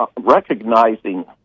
recognizing